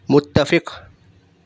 متفق